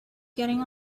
getting